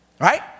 right